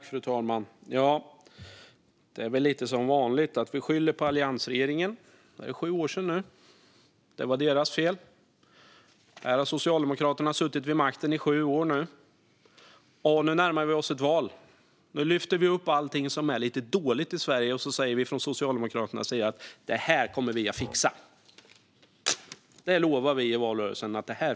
Fru talman! Det är väl lite som vanligt: Man skyller på alliansregeringen. Det är sju år sedan nu, men det är ändå alliansregeringens fel. Socialdemokraterna har suttit vid makten i sju år, och nu närmar vi oss ett val. Då lyfter man från Socialdemokraternas sida upp allting som är lite dåligt i Sverige och säger: Det här kommer vi att fixa. I valrörelsen lovar vi att vi fixar det här.